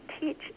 teach